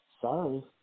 Sorry